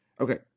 Okay